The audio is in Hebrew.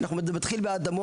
אנחנו מבינים שזה מתחיל באדמות,